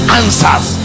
answers